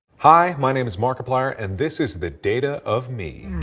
hi, my name is markiplier. and this is the data of me.